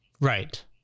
right